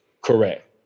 Correct